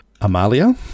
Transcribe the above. Amalia